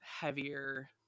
heavier